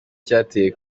icyateye